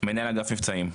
מנהל אגף מבצעים.